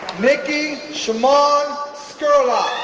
nikki shamon scurlock